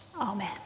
Amen